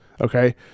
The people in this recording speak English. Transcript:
okay